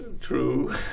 true